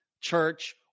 church